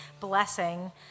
blessing